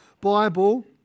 Bible